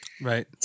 Right